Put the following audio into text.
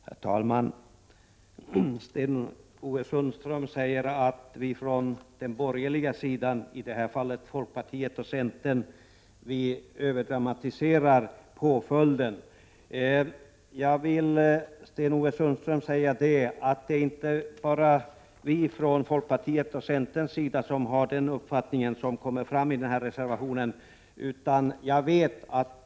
Herr talman! Sten-Ove Sundström säger att vi från den borgerliga sidan, i det här fallet folkpartiet och centern, överdramatiserar påföljden. Jag vill säga till Sten-Ove Sundström att det inte är bara vi från folkpartiets och centerns sida som har den uppfattning som kommer fram i den här reservationen.